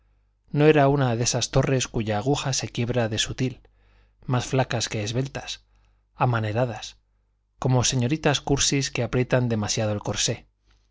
no era una de esas torres cuya aguja se quiebra de sutil más flacas que esbeltas amaneradas como señoritas cursis que aprietan demasiado el corsé